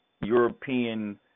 European